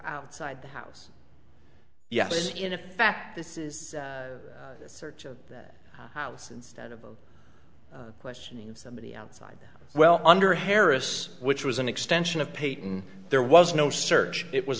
outside the house yeah in fact this is the search of that house instead of questioning somebody outside well under harris which was an extension of payton there was no search it was